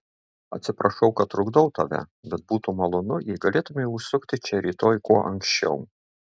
atsiprašau kad trukdau tave bet būtų malonu jei galėtumei užsukti čia rytoj kuo anksčiau